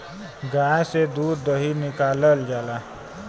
गाय से दूध दही निकालल जाला